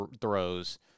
throws